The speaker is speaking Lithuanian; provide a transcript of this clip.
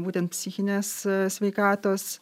būtent psichinės sveikatos